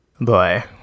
Bye